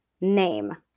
name